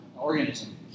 organism